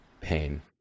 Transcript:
pain